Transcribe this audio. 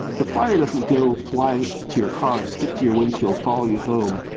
the flier doesn't go fly to your car, stick to your windshield, follow you home,